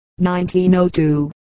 1902